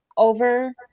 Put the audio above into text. Over